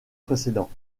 précédents